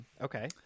Okay